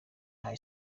high